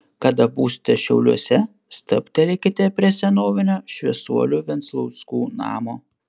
kada būsite šiauliuose stabtelėkite prie senovinio šviesuolių venclauskų namo